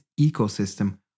ecosystem